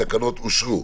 התקנות אושרו.